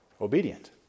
obedient